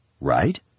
right